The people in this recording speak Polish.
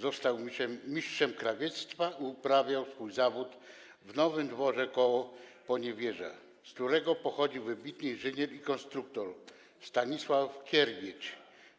Został mistrzem krawiectwa i uprawiał swój zawód w Nowym Dworze koło Poniewieża, z którego pochodził wybitny inżynier i konstruktor Stanisław Kierbedź,